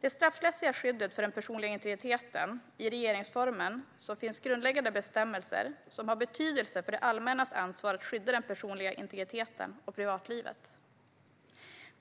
det straffrättsliga skyddet för den personliga integriteten finns i regeringsformen grundläggande bestämmelser som har betydelse för det allmännas ansvar att skydda den personliga integriteten och privatlivet.